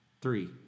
Three